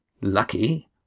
lucky